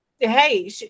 Hey